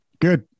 Good